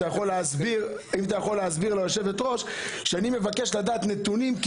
אם אתה יכול להסביר ליושבת-ראש שאני מבקש לדעת את הנתונים כי